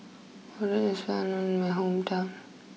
Oden is well known in my hometown